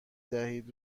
دهید